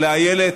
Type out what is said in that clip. לאיילת,